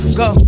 go